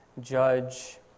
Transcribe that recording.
judge